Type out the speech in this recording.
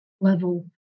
level